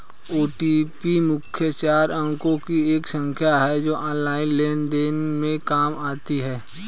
OTP मुख्यतः चार अंकों की एक संख्या है जो ऑनलाइन लेन देन में काम आती है